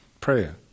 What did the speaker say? prayer